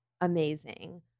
amazing